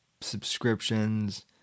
subscriptions